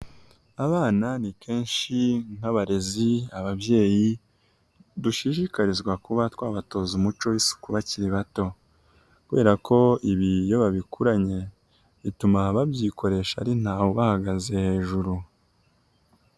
Abana ni kenshi nk'abarezi ababyeyi dushishikarizwa kuba twabatoza umuco w'isuku bakiri bato kubera ko ibi iyo babikuranye bituma babyikoresha ari ntawe ubahagaze hejuru.